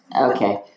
Okay